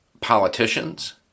politicians